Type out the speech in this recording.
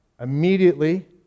immediately